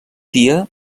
dia